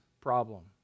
problem